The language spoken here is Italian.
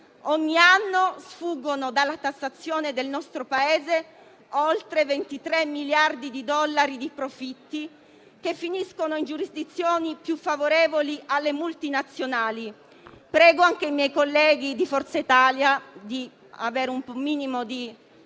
ogni anno sfuggono dalla tassazione del nostro Paese oltre 23 miliardi di dollari di profitti, che finiscono in giurisdizioni più favorevoli alle multinazionali. *(Brusio).* Prego anche i miei colleghi di Forza Italia di avere un minimo di